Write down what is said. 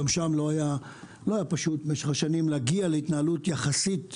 גם שם לא היה פשוט משך השנים להגיע להתנהלות יחסית סדורה,